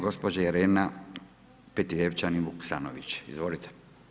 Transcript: Gospođa Irena Petrijevčanin Vuksanović, izvolite.